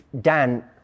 Dan